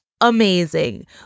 amazing